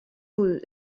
null